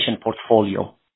portfolio